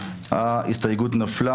הצבעה ההסתייגות נדחתה.